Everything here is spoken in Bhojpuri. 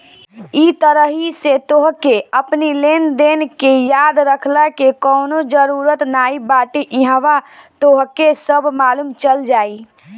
इ तरही से तोहके अपनी लेनदेन के याद रखला के कवनो जरुरत नाइ बाटे इहवा तोहके सब मालुम चल जाई